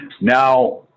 now